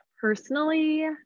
personally